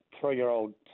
three-year-old